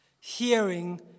Hearing